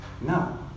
no